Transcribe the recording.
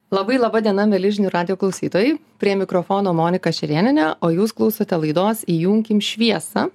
labai laba diena mieli žinių radijo klausytojai prie mikrofono monika šerėnienė o jūs klausote laidos įjunkim šviesą